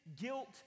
guilt